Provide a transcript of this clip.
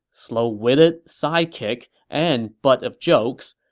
slow-witted sidekick and butt of jokes,